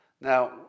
Now